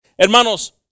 Hermanos